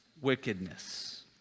wickedness